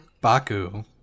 Baku